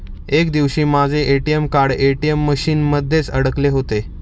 एक दिवशी माझे ए.टी.एम कार्ड ए.टी.एम मशीन मध्येच अडकले होते